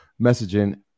messaging